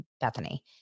Bethany